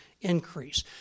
increase